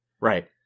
Right